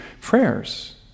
prayers